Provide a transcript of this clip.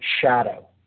shadow